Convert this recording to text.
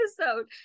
episode